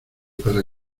para